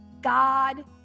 God